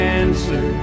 answer